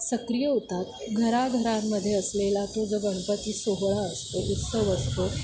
सक्रिय होतात घराघरांमध्ये असलेला तो जो गणपती सोहळा असतो उत्सव असतो